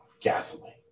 gasoline